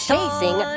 Chasing